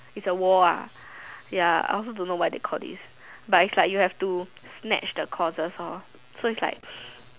it's a war ah ya I also don't know why they call this but it's like you have to snatch the courses lor so it's like